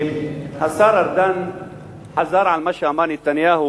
השר ארדן חזר על מה שאמר נתניהו